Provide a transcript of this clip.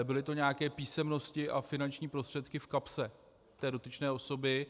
Byly to nějaké písemnosti a finanční prostředky v kapse té dotyčné osoby.